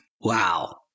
Wow